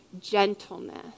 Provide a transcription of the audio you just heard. gentleness